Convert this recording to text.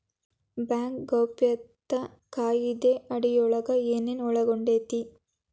Bank ಗೌಪ್ಯತಾ ಕಾಯಿದೆ ಅಡಿಯೊಳಗ ಏನು ಒಳಗೊಂಡೇತಿ?